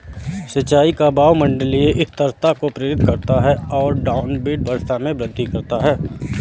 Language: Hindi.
सिंचाई का वायुमंडलीय अस्थिरता को प्रेरित करता है और डाउनविंड वर्षा में वृद्धि करता है